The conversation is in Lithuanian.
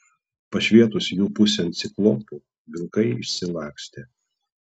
pašvietus jų pusėn ciklopu vilkai išsilakstė